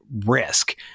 risk